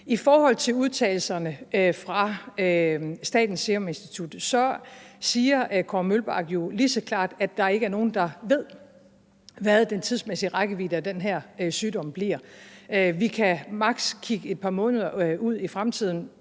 I forhold til udtalelserne fra Statens Serum Institut siger Kåre Mølbak jo lige så klart, at der ikke er nogen, der ved, hvad den tidsmæssige rækkevidde af den her sygdom bliver. Vi kan maks. kigge et par måneder ud i fremtiden.